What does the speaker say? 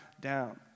down